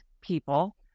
people